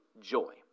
joy